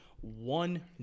one